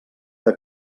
que